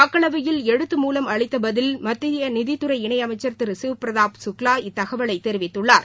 மக்களவையில் எழுத்து மூலம் அளித்த பதிலில் மத்திய நிதித்துறை இணையமைச்ச் திரு சிவ்பிரதாப் சுக்லா இத்தகவலை தெரிவித்துள்ளார்